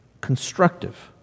constructive